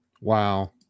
Wow